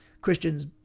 Christians